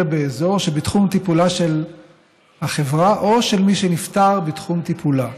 באזור שבתחום טיפולה של החברה או של מי שנפטר בתחום טיפולה.